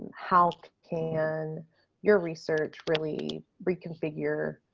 how can your research really reconfigure.